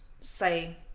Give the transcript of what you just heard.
say